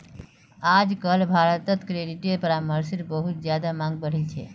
आजकल भारत्त क्रेडिट परामर्शेर बहुत ज्यादा मांग बढ़ील छे